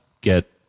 get